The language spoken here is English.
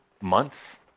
month